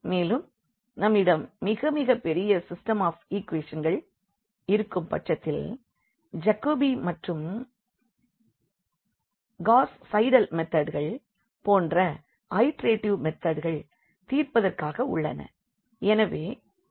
மேலும் நம்மிடம் மிக மிகப்பெரிய சிஸ்டெம் ஆஃப் ஈக்குவேஷன்கள் இருக்கும் பட்சத்தில் ஜகோபி மற்றும் காஸ் செடேல் மெதட்கள் போன்ற ஐடெரெட்டிவ் மெதட்கள் தீர்ப்பதற்காக உள்ளன